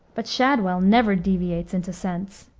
but shadwell never deviates into sense.